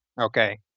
Okay